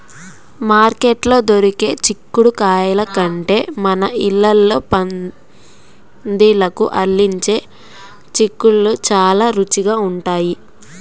మార్కెట్లో దొరికే చిక్కుడుగాయల కంటే మన ఇళ్ళల్లో పందిళ్ళకు అల్లించే చిక్కుళ్ళు చానా రుచిగా ఉంటయ్